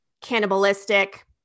cannibalistic